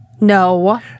No